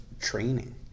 training